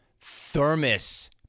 Thermos